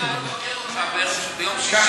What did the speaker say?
כשאני אבוא לבקר אותך ביום שישי,